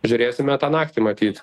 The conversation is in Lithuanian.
žiūrėsime tą naktį matyt